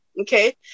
Okay